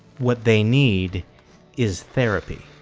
what they need is therapy